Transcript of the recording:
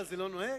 אבל זה לא נוהג?